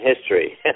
history